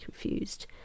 confused